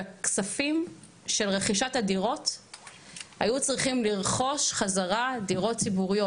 בכספים של רכישת הדירות היו צריכים לרכוש חזרה דירות ציבוריות.